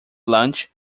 lunch